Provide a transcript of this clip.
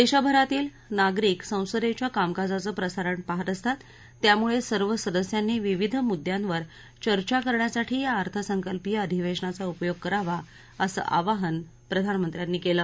देशभरातील नागरिक संसदेच्या कामकाजाचं प्रसारण पहात असतात त्यामुळे सर्व सदस्यांनी विविध मुद्दयांवर चर्चा करण्यासाठी या अर्थसंकल्पीय अधिवेशनाचा उपयोग करावा असं आवाहन प्रधानमंत्र्यांनी केलं